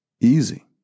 easy